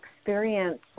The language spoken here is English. experience